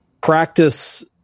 practice